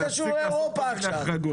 ולהפסיק לעשות החרגות.